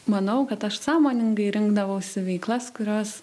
manau kad aš sąmoningai rinkdavausi veiklas kurios